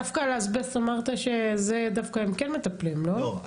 דווקא על האסבסט אמרת שהם כן מטפלים, לא?